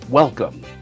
Welcome